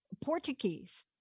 Portuguese